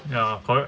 ya correct